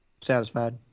Satisfied